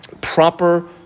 proper